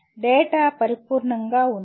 data పరిపూర్ణంగా ఉందా